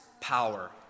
power